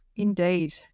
Indeed